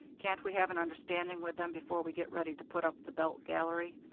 can't we have an understanding with them before we get ready to put up the belt gallery?